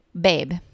babe